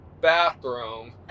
bathroom